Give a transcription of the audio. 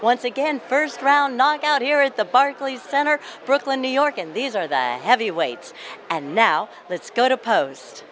once again st round knockout here at the barclays center brooklyn new york and these are the heavyweights and now let's go to post